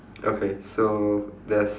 okay so there's